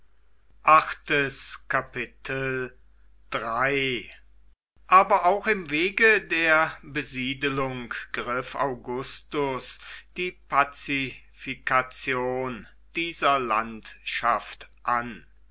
aber auch im wege der besiedelung griff augustus die pazifikation dieser landschaft an